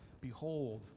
Behold